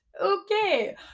Okay